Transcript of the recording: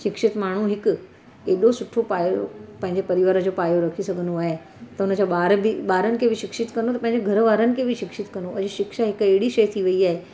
शिक्षित माण्हू हिकु एॾो सुठो पायो पंहिंजे परिवार जो पायो रखी सघंदो आहे त हुनजा ॿार बि ॿारनि खे बि शिक्षित कंदो त पंहिंजे घर वारनि खे बि शिक्षित कंदो अॼु शिक्षा हिकु अहिड़ी शइ थी वई आहे